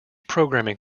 programming